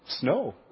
snow